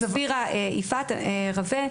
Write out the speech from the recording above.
כפי שהסבירה יפעת רווה,